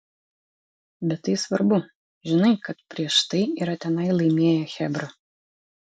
bet tai svarbu žinai kad prieš tai yra tenai laimėję chebra